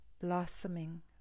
blossoming